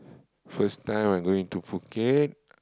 first time I'm going to Phuket